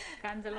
היה פה